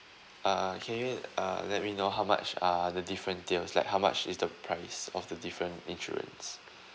uh can you uh let me know how much uh the different tiers like how much is the price of the different insurance